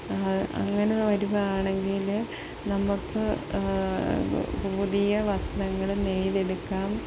അങ്ങനെ വരികയാണെങ്കില് നമുക്ക് പുതിയ വസ്ത്രങ്ങള് നെയ്തെടുക്കാം